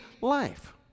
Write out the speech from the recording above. life